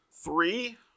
three